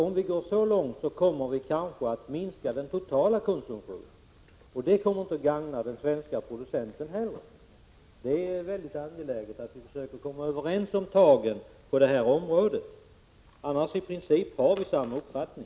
Om vi går så långt, kommer vi kanske att minska den totala konsumtionen, och det kommer inte att gagna den svenske producenten heller. Det är angeläget att vi försöker komma överens om tagen på det här området. Annars har vi nämligen i princip samma uppfattning.